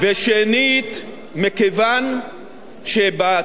מכיוון שבתוואי החדש שקבענו,